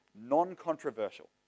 non-controversial